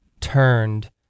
Turned